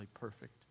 perfect